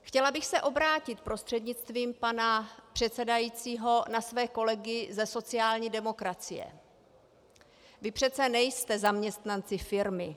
Chtěla bych se obrátit prostřednictvím pana předsedajícího na své kolegy ze sociální demokracie: Vy přece nejste zaměstnanci firmy.